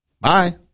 Bye